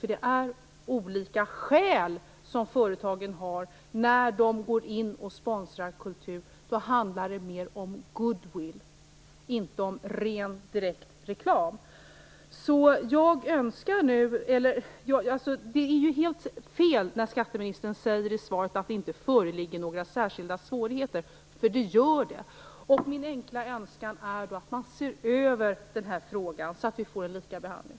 Företagen har nämligen olika skäl. När de sponsrar kultur handlar det om goodwill, inte om ren direkt reklam. Det är helt fel när skatteministern säger i svaret att det inte föreligger några särskilda svårigheter. Det gör det. Min enkla önskan är att man ser över den här frågan så att det blir en lika behandling.